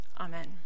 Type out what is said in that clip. Amen